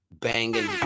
Banging